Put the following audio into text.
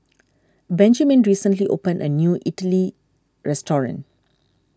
Benjiman recently opened a new Idili restaurant